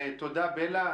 תודה, בלה.